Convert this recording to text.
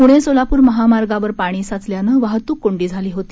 पुणे सोलापूर महामार्गावर पाणी साचल्यानं वाहतूक कोंडी झाली होती